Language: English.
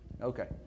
okay